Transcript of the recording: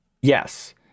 yes